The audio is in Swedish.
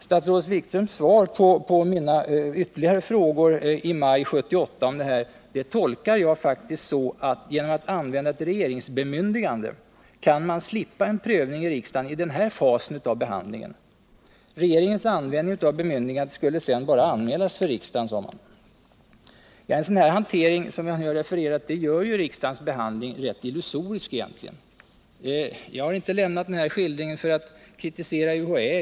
Statsrådet Wikströms svar på mina ytterligare frågor i maj 1978 om detta tolkar jag faktiskt så att genom att använda ett regeringsbemyndigande kan man slippa en prövning i riksdagen i denna fas av behandlingen. Regeringens användning av bemyndigandet skulle sedan bara anmälas för riksdagen. En sådan hantering som jag nu refererat gör ju riksdagens behandling rent illusorisk. Jag har inte lämnat den här skildringen för att kritisera UHÄ.